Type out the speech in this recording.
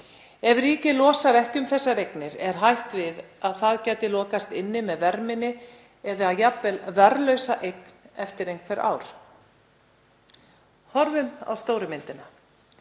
Ef ríkið losar ekki um þessar eignir er hætt við að það gæti lokast inni með verðminni eða jafnvel verðlausa eign eftir einhver ár. Horfum á stóru myndina.